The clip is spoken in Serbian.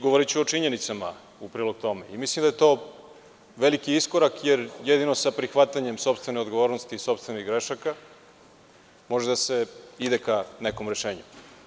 Govoriću o činjenicama, upravo o tome, mislim da je to veliki iskorak, jer jedino sa prihvatanjem sopstvene odgovornosti i sopstvenih grešaka može se ide ka nekom rešenju.